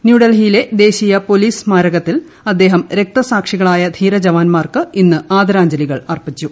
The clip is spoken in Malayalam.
ന്യൂഡൽഹിയിലെ ദേശീയ പോലീസ് സ്മാരകത്തിൽ അദ്ദേഹം രക്തസാക്ഷികളായ ധീരജവാൻമാർക്ക് ഇന്ന് ആദരാജ്ഞലികൾ അർപ്പിച്ചു